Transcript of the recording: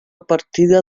partida